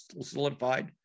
solidified